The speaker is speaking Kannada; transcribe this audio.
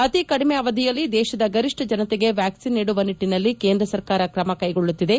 ಅತಿ ಕಡಿಮೆ ಅವಧಿಯಲ್ಲಿ ದೇಶದ ಗರಿಷ್ಟ ಜನತೆಗೆ ವ್ಚಾಕ್ಲಿನ್ ನೀಡುವ ನಿಟ್ಟನಲ್ಲಿ ಕೇಂದ್ರ ಸರಕಾರ ಕ್ರಮ ಕ್ಕೆಗೊಳ್ಳುತ್ತಿದೆ